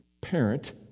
parent